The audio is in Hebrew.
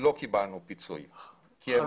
לא קיבלנו פיצוי כי הן עבדו.